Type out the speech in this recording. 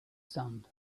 sand